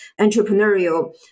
entrepreneurial